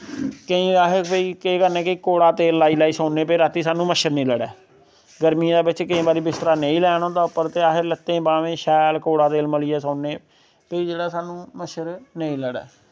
केंई आखदे भाई केह् करने कि कौड़ा तेल लाई लाई सौन्ने भाई रातीं साह्नू मच्छर नी लड़ै गर्मियैं बिच्च केईं बारी बिस्तरा नेंईं लैन होंदा उप्पर ते अस लत्तें बाह्में शैल कौड़ा तेल मलियै सौन्ने भाई जेह्ड़ा स्हानू मच्छर नेंईं लड़ै